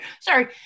sorry